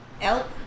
elk